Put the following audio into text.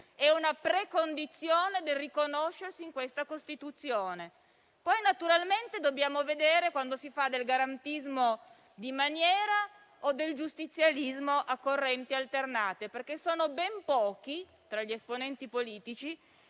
è una precondizione del riconoscersi in questa Costituzione. Naturalmente, poi, dobbiamo vedere quando si fanno garantismo di maniera o giustizialismo a correnti alternate, perché sono ben pochi coloro che, tra gli esponenti politici,